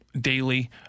daily